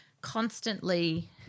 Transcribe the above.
constantly